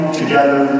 together